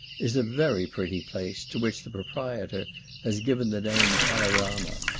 is a very pretty place, to which the proprietor has given the name kaleirama.